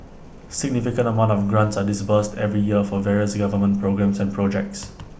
significant amounts of grants are disbursed every year for various government programmes and projects